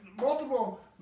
multiple